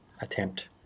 attempt